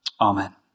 Amen